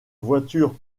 voiture